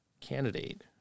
candidate